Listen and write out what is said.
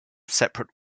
separate